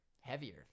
heavier